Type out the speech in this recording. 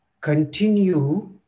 continue